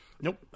Nope